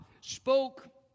spoke